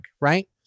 right